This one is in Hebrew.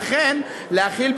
ואכן להחיל,